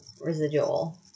residual